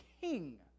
king